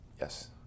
Yes